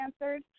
answered